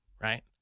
right